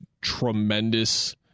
tremendous